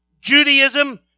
Judaism